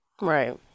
Right